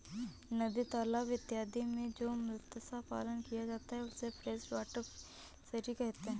नदी तालाब इत्यादि में जो मत्स्य पालन किया जाता है उसे फ्रेश वाटर फिशरी कहते हैं